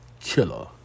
Killer